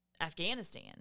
Afghanistan